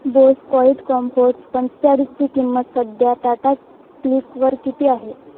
Bose quiet comforts पंचेचाळीसची किंमत सध्या टाटा क्लिकवर किती आहे